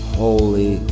holy